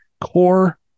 core